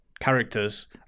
characters